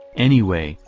anyway,